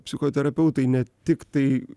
psichoterapeutai ne tik tai